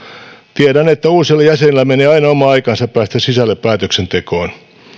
tiedän että uusilla jäsenillä menee aina oma aikansa päästä sisälle päätöksentekoon